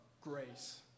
grace